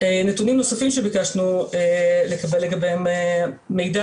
נתונים נוספים שביקשנו לקבל לגביהם מידע,